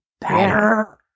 better